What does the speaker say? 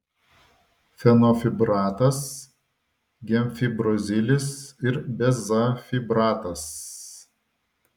fenofibratas gemfibrozilis ir bezafibratas